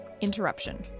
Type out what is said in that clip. interruption